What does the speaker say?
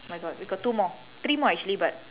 my god we got two more three more actually but